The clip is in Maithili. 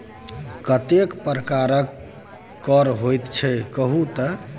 कतेक प्रकारक कर होइत छै कहु तए